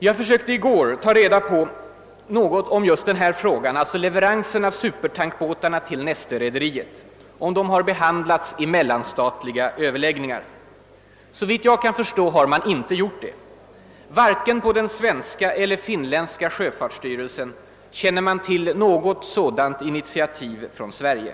Jag försökte i går att ta reda på om just den här frågan — leveransen av supertankbåtarna till Neste-rederiet — har behandlats i mellanstatliga överläggningar. Såvitt jag kan förstå har man inte gjort det. Varken på den svenska eller finländska sjöfartsstyrelsen känner man till något sådant initiativ från Sverige.